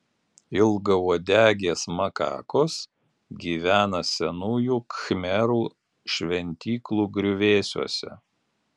ilgauodegės makakos gyvena senųjų khmerų šventyklų griuvėsiuose